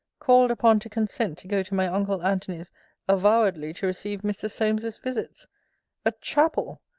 called upon to consent to go to my uncle antony's avowedly to receive mr. solmes's visits a chapel!